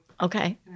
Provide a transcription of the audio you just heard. Okay